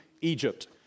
Egypt